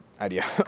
idea